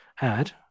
add